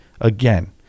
Again